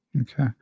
Okay